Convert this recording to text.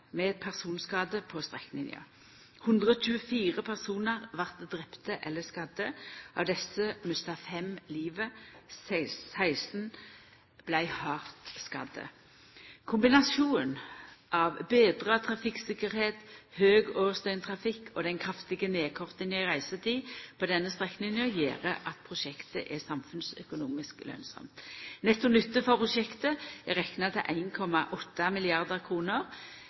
med personskade på strekninga. 124 personar vart drepne eller skadde – av desse mista fem livet og 16 vart hardt skadde. Kombinasjonen av betra trafikktryggleik, høg årsdøgntrafikk og den kraftige nedkortinga i reisetid på denne strekninga gjer at prosjektet er samfunnsøkonomisk lønsamt. Netto nytte for prosjektet er rekna til